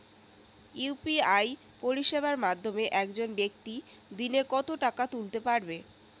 UPI পরিষেবার মাধ্যমে একজন ব্যাক্তি দিনে কত টাকা তুলতে পারবে?